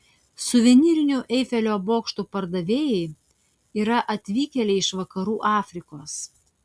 suvenyrinių eifelio bokštų pardavėjai yra atvykėliai iš vakarų afrikos